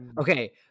Okay